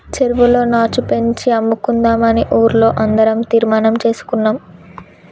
చెరువులో నాచు పెంచి అమ్ముకుందామని ఊర్లో అందరం తీర్మానం చేసుకున్నాం